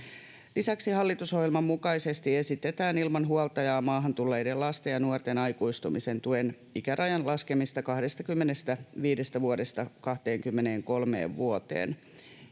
Lisäksi hallitusohjelman mukaisesti esitetään ilman huoltajaa maahan tulleiden lasten ja nuorten aikuistumisen tuen ikärajan laskemista 25 vuodesta 23 vuoteen.